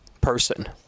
person